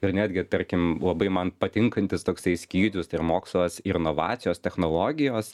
ir netgi tarkim labai man patinkantis toksai skyrius tai yra mokslas ir inovacijos technologijos